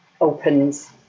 opens